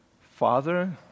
Father